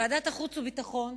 ועדת החוץ והביטחון,